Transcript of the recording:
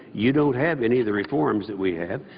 you don't have any of the reforms that we have.